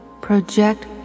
project